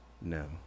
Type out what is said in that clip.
no